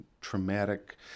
traumatic